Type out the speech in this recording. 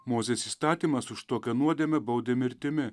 mozės įstatymas už tokią nuodėmę baudė mirtimi